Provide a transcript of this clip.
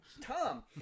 Tom